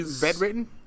bedridden